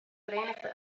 verenigde